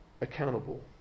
accountable